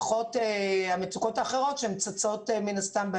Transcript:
פחות המצוקות האחרות שמן הסתם הן צצות בהמשך,